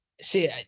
See